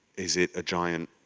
is it a giant